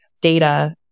data